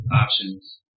options